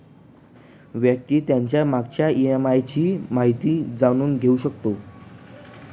व्यक्ती त्याच्या मागच्या ई.एम.आय ची माहिती जाणून घेऊ शकतो